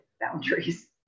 boundaries